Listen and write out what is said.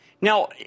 Now